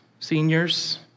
seniors